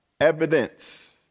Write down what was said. evidence